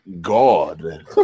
god